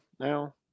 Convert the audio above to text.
now